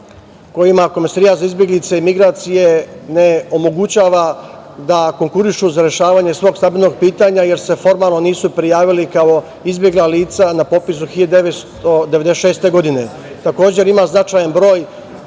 kojima Komesarijat za izbeglice i migracije ne omogućava da konkurišu za rešavanje svog stambenog pitanja, jer se formalno nisu prijavili kao izbegla lica na popisu 1996. godine. Takođe, ima značajan broj